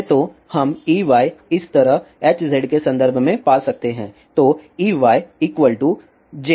पहले तो हम Ey इस तरह Hz के संदर्भ में पा सकते हैं